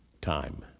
Time